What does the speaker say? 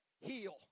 heal